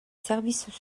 services